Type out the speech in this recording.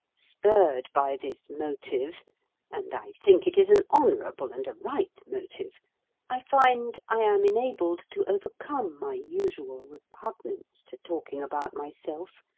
spurred by this motive and i think it is an honourable and a right motive i find i am enabled to overcome my usual repugnance to talking about myself,